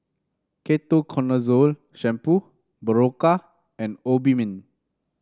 Ketoconazole Shampoo Berocca and Obimin